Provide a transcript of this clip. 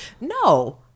No